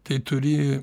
tai turi